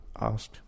asked